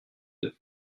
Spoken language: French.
deux